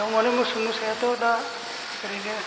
बेयाव माने मोसौ मोसायाथ' दा एरैनो